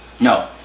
No